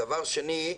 דבר שני,